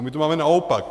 My to máme naopak.